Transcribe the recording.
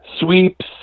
sweeps